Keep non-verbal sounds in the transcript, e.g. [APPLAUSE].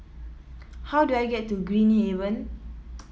how do I get to Green Haven [NOISE]